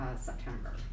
September